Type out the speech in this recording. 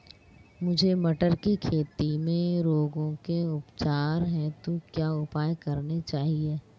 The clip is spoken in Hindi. मुझे मटर की खेती में रोगों के उपचार हेतु क्या उपाय करने चाहिए?